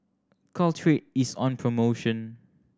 Caltrate is on promotion